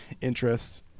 interest